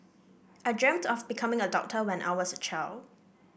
I dreamt of becoming a doctor when I was a child